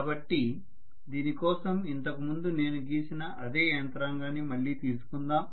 కాబట్టి దీని కోసం ఇంతకు ముందు నేను గీసిన అదే యంత్రాంగాన్ని మళ్ళీ తీసుకుందాం